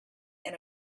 and